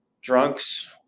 drunks